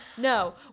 no